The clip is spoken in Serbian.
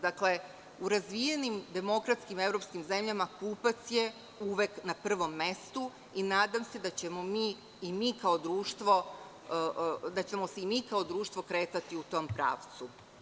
Dakle, u razvijenim demokratskim evropskim zemljama kupac je uvek na prvom mestu i nadam se da ćemo se mi kao društvo kretati u tom pravcu.